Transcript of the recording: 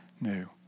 new